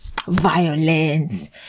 violence